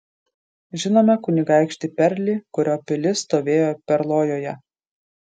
žinome kunigaikštį perlį kurio pilis stovėjo perlojoje